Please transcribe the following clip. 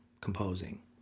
composing